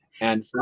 And-